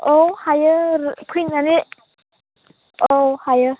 औ हायो फैनानै औ हायो